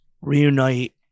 reunite